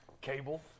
Cable